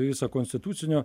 visą konstitucinio